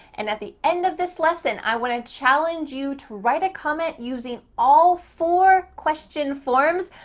and at the end of this lesson, i want to challenge you to write a comment using all four question forms.